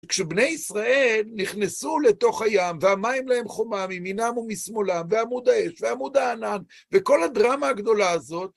כשבני ישראל נכנסו לתוך הים, והמים להם חומה, מימינם ומשמאלם, ועמוד האש, ועמוד הענן, וכל הדרמה הגדולה הזאת,